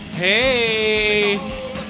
Hey